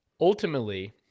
Ultimately